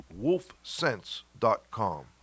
wolfsense.com